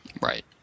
Right